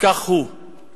כשמו כן הוא.